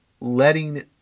letting